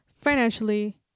financially